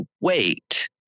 wait